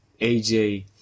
AJ